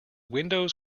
windows